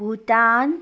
Bhutan